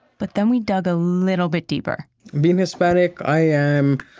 but then we dug a little bit deeper being hispanic, i am,